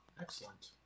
Excellent